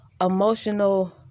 emotional